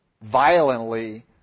violently